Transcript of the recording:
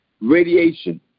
radiation